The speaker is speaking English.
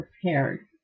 prepared